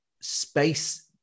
space